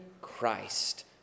Christ